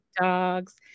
dogs